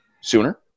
sooner